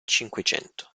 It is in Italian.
cinquecento